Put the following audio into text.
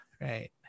Right